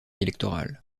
électorale